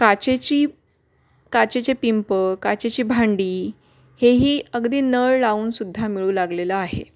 काचेची काचेचे पिंप काचेची भांडी हेही अगदी नळ लावून सुद्धा मिळू लागलेलं आहे